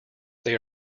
they